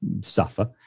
suffer